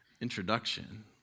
introduction